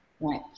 Right